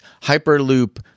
Hyperloop